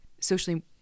socially